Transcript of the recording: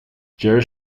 deir